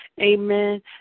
amen